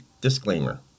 Disclaimer